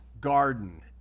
garden